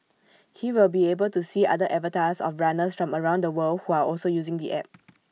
he will be able to see other avatars of runners from around the world who are also using the app